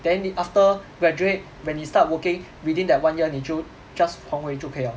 then 你 after graduate when 你 start working within that one year 你就 just 还回就可以 liao